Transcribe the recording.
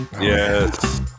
Yes